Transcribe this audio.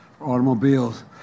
Automobiles